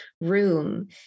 room